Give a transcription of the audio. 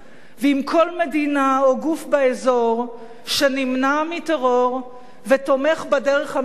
ועם כל מדינה או גוף באזור שנמנע מטרור ותומך בדרך המדינית,